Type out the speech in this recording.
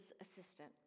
assistant